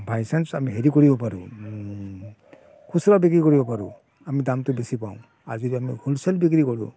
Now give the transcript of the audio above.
বাই chance আমি হেৰি কৰিব পাৰোঁ খুচুৰা বিক্ৰী কৰিব পাৰোঁ আমি দামটো বেছি পাওঁ আৰু যদি আমি হ'লছেল বিক্ৰী কৰোঁ